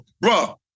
bro